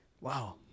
Wow